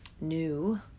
new